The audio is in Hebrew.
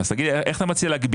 אז תגיד לי איך אתה מציע להגביל?